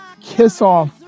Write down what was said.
kiss-off